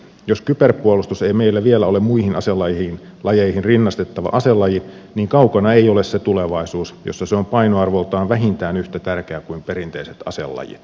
jos kyberpuolustus ei meillä vielä ole muihin aselajeihin rinnastettava aselaji niin kaukana ei ole se tulevaisuus jossa se on painoarvoltaan vähintään yhtä tärkeä kuin perinteiset aselajit